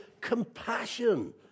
Compassion